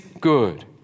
good